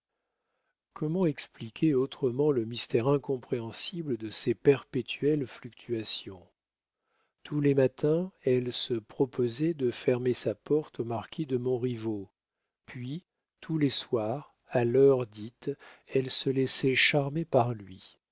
comment expliquer autrement le mystère incompréhensible de ses perpétuelles fluctuations tous les matins elle se proposait de fermer sa porte au marquis de montriveau puis tous les soirs à l'heure dite elle se laissait charmer par lui